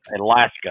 Alaska